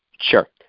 Sure